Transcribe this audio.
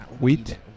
Wheat